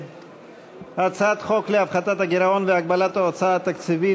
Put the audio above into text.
הצעת חוק להפחתת הגירעון והגבלת ההוצאה התקציבית